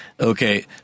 Okay